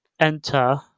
enter